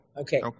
Okay